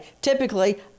Typically